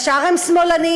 ישר הם שמאלנים,